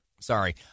sorry